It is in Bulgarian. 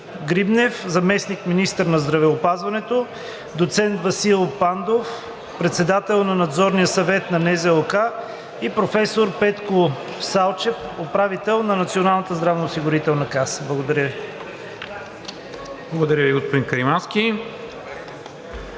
Грибнев – заместник-министър на здравеопазването; доцент Васил Пандов – председател на Надзорния съвет на НЗОК и професор Петко Салчев – управител на Националната здравноосигурителна каса. Благодаря Ви. ПРЕДСЕДАТЕЛ НИКОЛА МИНЧЕВ: Благодаря Ви, господин Каримански.